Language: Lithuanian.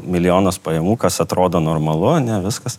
milijonas pajamų kas atrodo normalu ane viskas